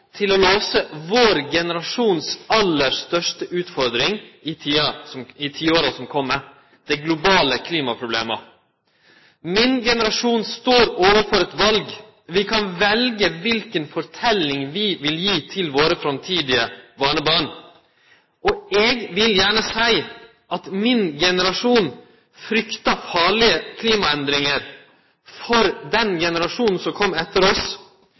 til å løyse vår generasjons aller største utfordring i tiåra som kjem: dei globale klimaproblema. Min generasjon står overfor eit val. Vi kan velje kva forteljing vi vil gi til våre framtidige barnebarn. Eg vil gjerne seie at min generasjon fryktar farlege klimaendringar for den generasjonen som kjem etter oss,